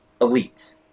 elite